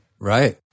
Right